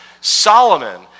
Solomon